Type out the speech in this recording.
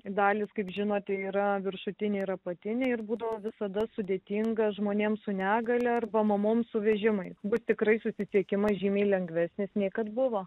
dalys kaip žinote yra viršutinė ir apatinė ir būdavo visada sudėtinga žmonėms su negalia arba mamoms su vežimais bus tikrai susisiekimas žymiai lengvesnis nei kad buvo